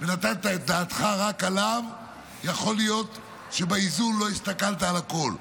ונתת את דעתך רק עליו יכול להיות שבאיזון לא הסתכלת על הכול.